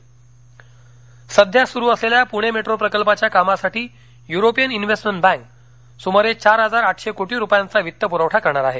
पणे मेटो सध्या सुरू असलेल्या पुणे मेट्रो प्रकल्पाच्या कामासाठी युरोपियन इन्व्हेस्टमेंट बँक सुमारे चार हजार आाठशे कोटी रुपयांचा वित्तपूरवठा करणार आहे